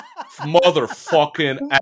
motherfucking